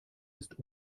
ist